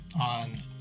on